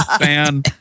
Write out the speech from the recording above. fan